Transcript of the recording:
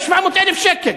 זה 700,000 שקל,